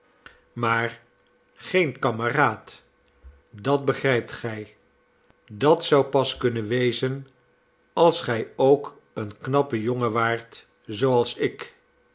maar geen kameraad dat begrijpt gij dat zou pas kunnen wezen als gij ook een knappe jongen waart zooals ik